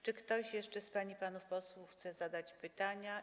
Czy ktoś jeszcze z pań i panów posłów chce zadać pytania?